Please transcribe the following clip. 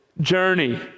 journey